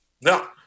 No